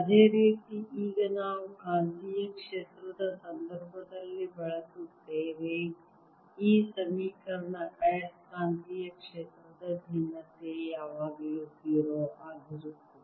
ಅದೇ ರೀತಿ ಈಗ ನಾವು ಕಾಂತೀಯ ಕ್ಷೇತ್ರದ ಸಂದರ್ಭದಲ್ಲಿ ಬಳಸುತ್ತೇವೆ ಈ ಸಮೀಕರಣ ಆಯಸ್ಕಾಂತೀಯ ಕ್ಷೇತ್ರದ ಭಿನ್ನತೆ ಯಾವಾಗಲೂ 0 ಆಗಿರುತ್ತದೆ